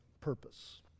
purpose